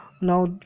now